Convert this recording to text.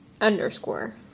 underscore